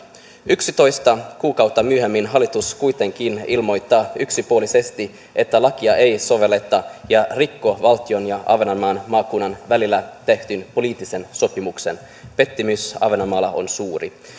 yksitoista kuukautta myöhemmin hallitus kuitenkin ilmoittaa yksipuolisesti että lakia ei sovelleta ja rikkoo valtion ja ahvenanmaan maakunnan välillä tehdyn poliittisen sopimuksen pettymys ahvenanmaalla on suuri